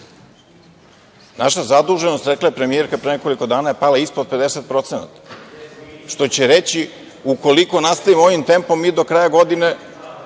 Naša zaduženost, rekla je premijerka pre nekoliko dana, je pala ispod 50%, što će reći, ukoliko nastavimo ovim tempom, mi do kraja godine